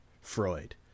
Freud